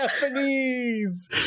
Japanese